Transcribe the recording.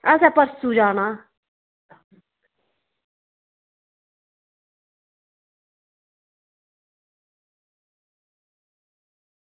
असें परसूं जाना